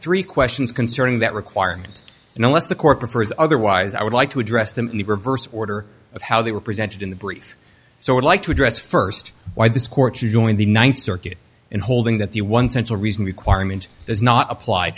three questions concerning that requirement and unless the court prefers otherwise i would like to address them in the reverse order of how they were presented in the brief so i would like to address first why this court you joined the ninth circuit in holding that the one central reason requirement is not apply